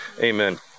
amen